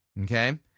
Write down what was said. okay